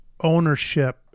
ownership